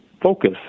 focus